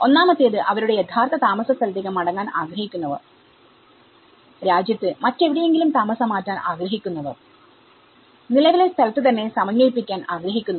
ഒന്നാമത്തേത് അവരുടെ യഥാർത്ഥ താമസ സ്ഥലത്തേക്ക് മടങ്ങാൻ ആഗ്രഹിക്കുന്നവർരാജ്യത്ത് മറ്റെവിടെയെങ്കിലും താമസം മാറ്റാൻ ആഗ്രഹിക്കുന്നവർനിലവിലെ സ്ഥലത്ത് തന്നെ സമന്വയിപ്പിക്കാൻ ആഗ്രഹിക്കുന്നവർ